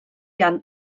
gan